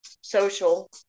social